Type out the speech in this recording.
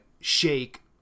Shake